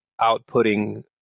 outputting